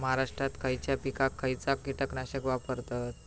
महाराष्ट्रात खयच्या पिकाक खयचा कीटकनाशक वापरतत?